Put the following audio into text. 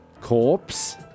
Corpse